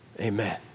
Amen